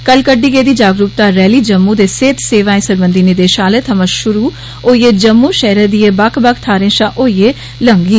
कल कड्डी गेदी जागरूकता रैली जम्मू दे सेहत सेवाए सरबंधी निदेशालय थमां शुरु होइयै जम्मू शैह्रा दिए बक्ख बक्ख थाह्रें शा होइयै लंग्घी